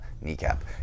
kneecap